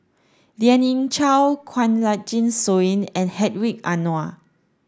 Lien Ying Chow Kanwaljit Soin and Hedwig Anuar